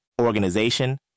Organization